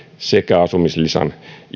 sekä asumislisän